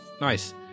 Nice